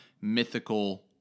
mythical